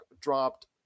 dropped